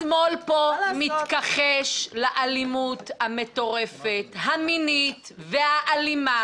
השמאל פה מתכחש לאלימות המטורפת המינית והאלימה